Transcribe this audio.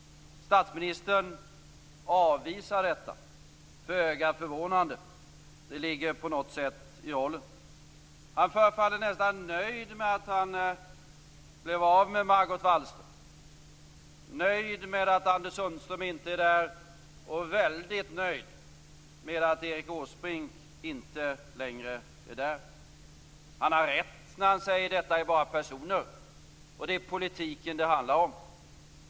Statsministern avvisar detta, vilket är föga förvånande - det ligger på något sätt i rollen. Han förefaller nästan nöjd med att han blev av med Margot Wallström, nöjd med att Anders Sundström inte är där och väldigt nöjd med att Erik Åsbrink inte längre är där. Han har rätt när han säger att detta är bara personer och att det handlar om politiken.